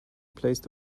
placed